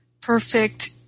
perfect